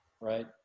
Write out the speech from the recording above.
right